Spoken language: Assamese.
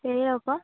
হেৰিয়াৰ আকৌ